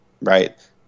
Right